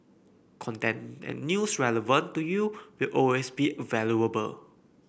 content and news relevant to you will always be a valuable